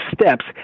steps